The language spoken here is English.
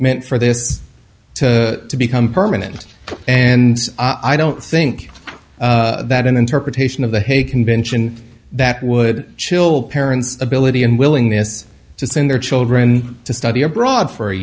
meant for this to become permanent and i don't think that an interpretation of the hague convention that would chill parents ability and willingness to send their children to study abroad for a